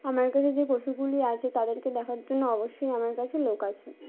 আমার কাছে যে পশুগুলি আছে তাদেরকে দেখার জন্য অবশ্যই আমার কাছে লোক আছে